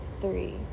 three